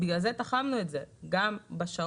לכן תחמנו את זה גם בשעות.